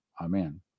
Amen